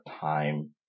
time